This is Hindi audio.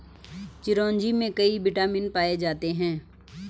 चिरोंजी में कई विटामिन पाए जाते हैं